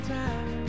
time